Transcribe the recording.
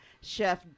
Chef